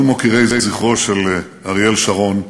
כל מוקירי זכרו של אריאל שרון,